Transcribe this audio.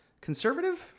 conservative